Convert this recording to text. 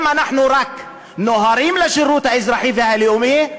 אם אנחנו רק נוהרים לשירות האזרחי והלאומי,